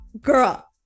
girl